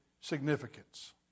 significance